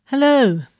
Hello